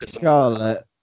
Charlotte